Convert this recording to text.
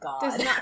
god